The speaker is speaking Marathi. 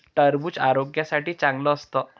टरबूज आरोग्यासाठी चांगलं असतं